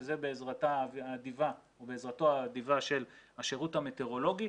וזה בעזרתם האדיבה של השירות המטאורולוגי.